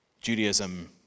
Judaism